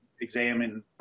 examine